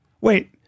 Wait